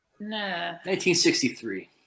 1963